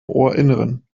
ohrinneren